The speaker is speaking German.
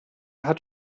hat